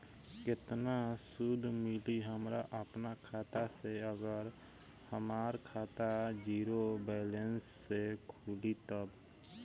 केतना सूद मिली हमरा अपना खाता से अगर हमार खाता ज़ीरो बैलेंस से खुली तब?